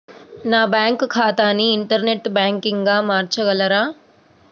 నా బ్యాంక్ ఖాతాని ఇంటర్నెట్ బ్యాంకింగ్గా మార్చగలరా?